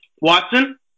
Watson